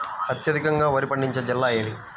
అత్యధికంగా వరి పండించే జిల్లా ఏది?